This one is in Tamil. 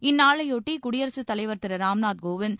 இந்நாளையொட்டி குடியரசுத் தலைவர் திரு ராம்நாத் கோவிந்த்